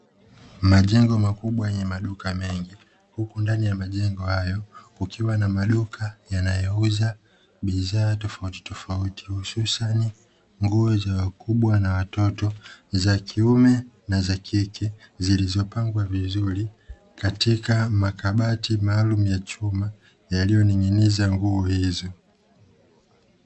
Majengo makubwa yenye maduka mengi huku ndani ya mejengo hayo kukiwa na maduka yanayouza bidhaa tofautitofauti, hususani nguo za wakubwa na waoto, za kiume na za kike zilizopangwa vizuri katika makabati maalumu ya chuma yaliyoning’iniza nguo hizo.